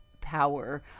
power